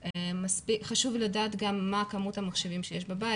אלא חשוב לדעת גם מה כמות המחשבים שיש בבית,